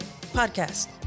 podcast